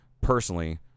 personally